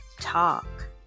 talk